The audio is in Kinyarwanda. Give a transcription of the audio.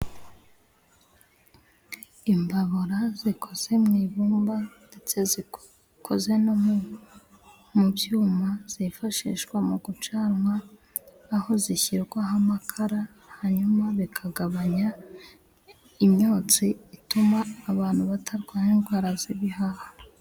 Imbaburara zikoze mu ibumba ndetse zikoze no mu byuma zifashishwa mu gucanwa, aho zishyirwaho amakara, hanyuma bikagabanya imyotsi ituma abantu batarwara indwara z'ibihaha.